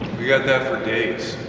we got that for days.